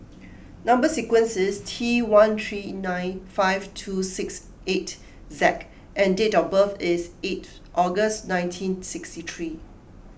Number Sequence is T one three nine five two six eight Z and date of birth is eighth August nineteen sixty three